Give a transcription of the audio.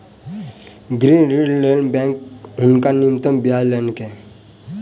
गृह ऋणक लेल बैंक हुनका न्यूनतम ब्याज लेलकैन